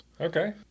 Okay